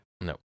No